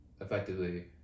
effectively